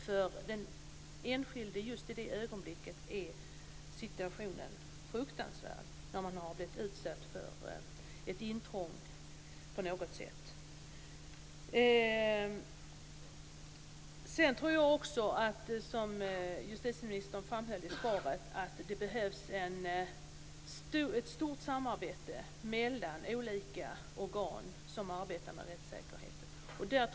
För den enskilde just i det ögonblicket är situationen fruktansvärd när man har blivit utsatt för ett intrång på något sätt. Sedan tror jag också som justitieministern framhöll i svaret att det behövs ett stort samarbete mellan olika organ som arbetar med rättssäkerhet.